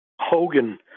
Hogan